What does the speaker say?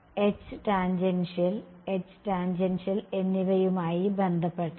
H tangential H tangential എന്നിവയുമായി ബന്ധപ്പെട്ടത്